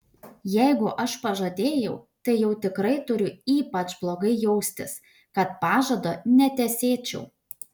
jeigu aš pažadėjau tai jau tikrai turiu ypač blogai jaustis kad pažado netesėčiau